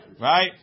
right